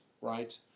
right